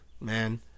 man